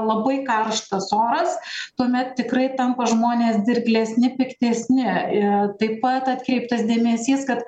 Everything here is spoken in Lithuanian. labai karštas oras tuomet tikrai tampa žmonės dirglesni piktesni ir taip pat atkreiptas dėmesys kad